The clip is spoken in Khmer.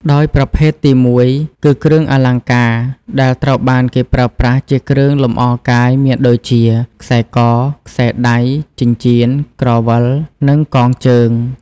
ដោយប្រភេទទីមួយគឺ គ្រឿងអលង្ការ ដែលត្រូវបានគេប្រើប្រាស់ជាគ្រឿងលម្អកាយមានដូចជា ខ្សែក ខ្សែដៃ ចិញ្ចៀន ក្រវិល និងកងជើង។